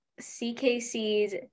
CKC's